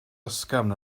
ysgafn